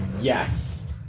yes